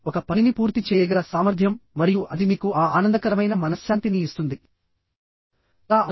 ఒక పనిని పూర్తి చేయగల సామర్థ్యం మరియు అది మీకు ఆ ఆనందకరమైన మనశ్శాంతిని ఇస్తుంది చాలా అవసరం